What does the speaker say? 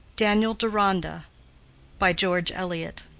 daniel deronda by george eliot